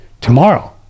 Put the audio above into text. tomorrow